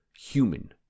human